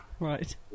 Right